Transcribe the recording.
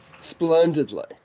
splendidly